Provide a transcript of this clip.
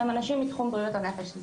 הם אנשים מתחום בריאות הנפש.